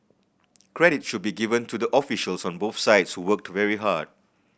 credit should be given to the officials on both sides who worked very hard